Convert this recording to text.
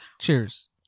Cheers